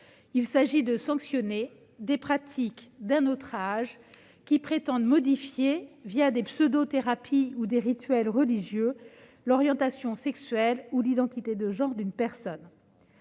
il s'agit de sanctionner des pratiques d'un autre âge qui prétendent modifier, des pseudo-thérapies ou des rituels religieux, l'orientation sexuelle ou l'identité de genre d'une personne.